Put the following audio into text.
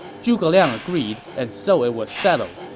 zhuge liang agreed, and so it was settled.